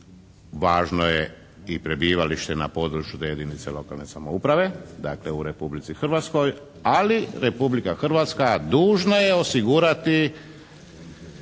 važno je i prebivalište na području te jedinice lokalne samouprave, dakle, u Republici Hrvatskoj, ali Republika Hrvatska dužna je osigurati